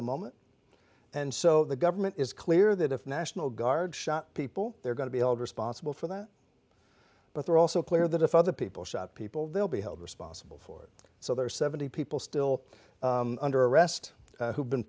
the moment and so the government is clear that if national guard shot people they're going to be held responsible for that but they're also clear that if other people shot people they'll be held responsible for it so there are seventy people still under arrest who've been